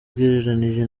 ugereranije